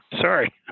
sorry